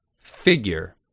figure